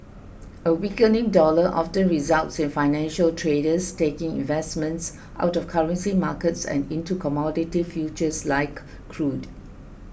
a weakening dollar often results in financial traders taking investments out of currency markets and into commodity futures like crude